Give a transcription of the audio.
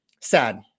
sad